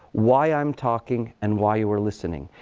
why i'm talking, and why you are listening.